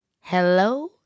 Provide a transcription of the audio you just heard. Hello